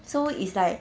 so it's like